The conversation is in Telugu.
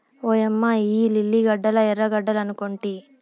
ఓయమ్మ ఇయ్యి లిల్లీ గడ్డలా ఎర్రగడ్డలనుకొంటి